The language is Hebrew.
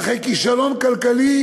אחרי כישלון כלכלי,